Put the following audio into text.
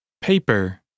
Paper